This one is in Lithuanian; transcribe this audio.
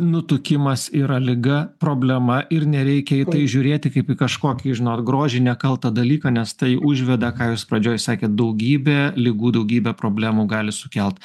nutukimas yra liga problema ir nereikia į tai žiūrėti kaip į kažkokį žinot grožį nekaltą dalyką nes tai užveda ką jūs pradžioj sakėt daugybę ligų daugybę problemų gali sukelt